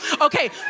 okay